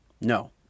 No